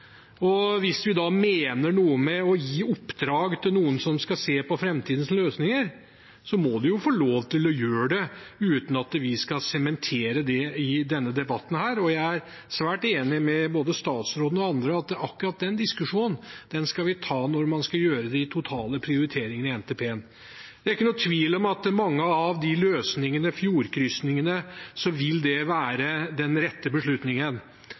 Hvis vi da mener noe med å gi oppdrag til noen som skal se på framtidens løsninger, må de jo få lov til å gjøre det uten at vi skal sementere det i denne debatten. Og jeg er svært enig med både statsråden og andre i at akkurat den diskusjonen skal vi ta når vi skal gjøre de totale prioriteringene i NTP-en. Det er ikke noen tvil om at for mange av de løsningene, fjordkrysningene, vil det være den rette beslutningen.